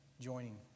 joining